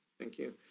thank you.